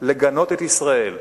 לגנות את ישראל,